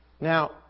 Now